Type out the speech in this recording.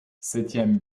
septième